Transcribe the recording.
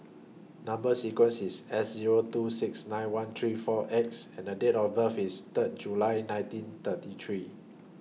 Number sequence IS S Zero two six nine one three four X and Date of birth IS Third July nineteen thirty three